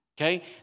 okay